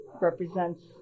represents